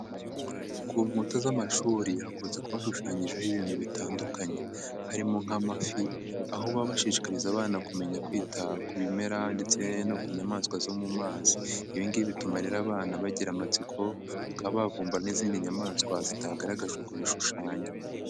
Ku nkuta z'amashuri hakunze kuba hashushanyijeho ibintu bitandukanye, harimo nk'amafi, aho baba bashishikariza abana kumenya kwita ku bimera ndetse no ku nyamaswa zo mu mazi, ibi ngibi bituma rero abana bagira amatsiko bakaba bavumbura n'izindi nyamaswa zitagaragajwe ku bishushanyo.